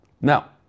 Now